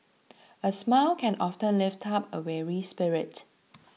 a smile can often lift up a weary spirit